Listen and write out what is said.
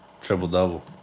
Triple-double